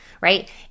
right